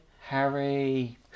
Harry